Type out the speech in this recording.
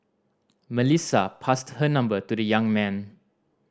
Melissa passed her number to the young man